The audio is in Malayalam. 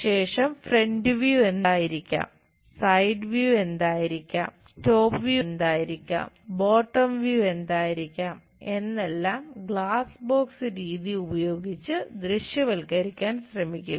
ശേഷം ഫ്രന്റ് വ്യൂ രീതി ഉപയോഗിച്ച് ദൃശ്യവൽക്കരിക്കാൻ ശ്രമിക്കുക